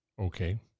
Okay